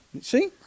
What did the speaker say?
See